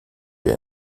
wir